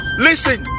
Listen